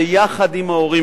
ויחד עם ההורים,